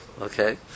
Okay